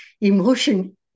Emotion